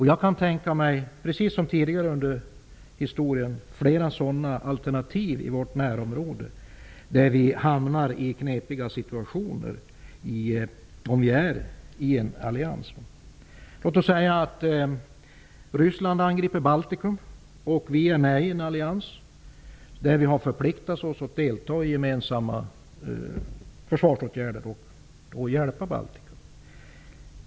Jag kan tänka mig -- precis som tidigare i historien -- åtskilliga tillfällen där vi i vårt närområde kan hamna i flera knepiga situationer om vi ingår i en allians. Låt oss säga att Ryssland angriper Baltikum och att vi är med i en allians där vi förpliktat oss att deltaga i gemensamma försvarsåtgärder som innebär att hjälpa Baltikum.